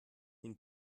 den